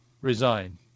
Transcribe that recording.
resign